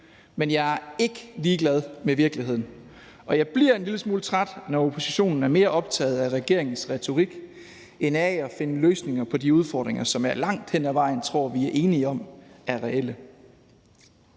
men jeg er ikke ligeglad med virkeligheden, og jeg bliver en lille smule træt, når oppositionen er mere optaget af regeringens retorik end af at finde løsninger på de udfordringer, som jeg i langt hen ad vejen tror vi er enige om er reelle.